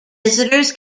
visitors